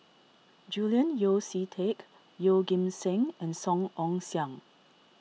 Julian Yeo See Teck Yeoh Ghim Seng and Song Ong Siang